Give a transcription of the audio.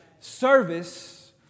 Service